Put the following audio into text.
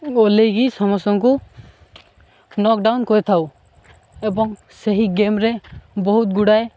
ଓଲ୍ହେଇକି ସମସ୍ତଙ୍କୁ ନକଡ଼ାଉନ୍ କରିଥାଉ ଏବଂ ସେହି ଗେମ୍ରେ ବହୁତଗୁଡ଼ାଏ